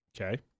Okay